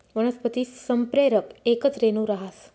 वनस्पती संप्रेरक येकच रेणू रहास